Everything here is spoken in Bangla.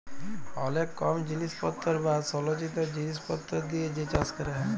অলেক কম জিলিসপত্তর বা সলচিত জিলিসপত্তর দিয়ে যে চাষ ক্যরা হ্যয়